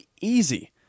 easy